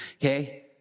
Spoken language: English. Okay